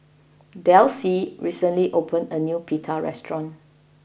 Delcie recently opened a new Pita restaurant